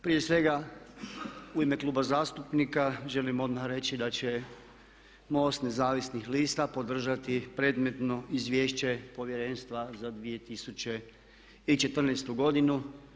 Prije svega u ime Kluba zastupnika želim odmah reći da će MOST Nezavisnih lista podržati predmetno Izvješće Povjerenstva za 2014. godinu.